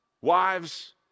wives